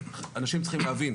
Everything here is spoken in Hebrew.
אנשים צריכים להבין,